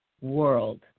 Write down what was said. world